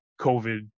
COVID